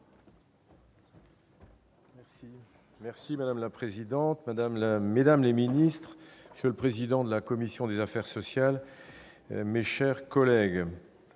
spécial. Madame la présidente, madame la ministre, monsieur le président de la commission des affaires sociales, mes chers collègues,